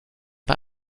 pas